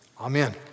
Amen